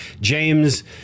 James